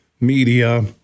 media